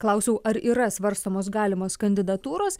klausiau ar yra svarstomos galimos kandidatūros